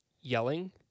yelling